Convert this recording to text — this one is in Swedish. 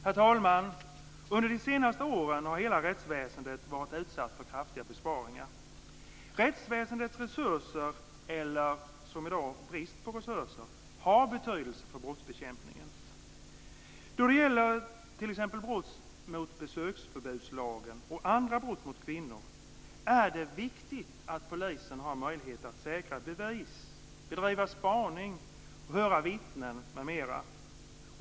Herr talman! Under de senaste åren har hela rättsväsendet varit utsatt för kraftiga besparingar. Rättsväsendets resurser, eller som i dag brist på resurser, har betydelse för brottsbekämpningen. Då det t.ex. gäller brott mot besöksförbudslagen och andra brott mot kvinnor är det viktigt att polisen har möjlighet att säkra bevis, bedriva spaning, höra vittnen m.m.